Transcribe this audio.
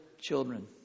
children